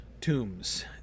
tombs